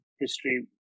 history